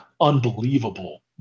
unbelievable